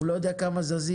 הוא לא יודע כמה זזים,